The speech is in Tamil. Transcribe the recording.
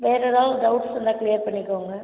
வேறு ஏதாவது டவுட்ஸ் இருந்தால் கிளியர் பண்ணிக்கோங்க